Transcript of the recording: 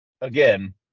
again